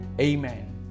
Amen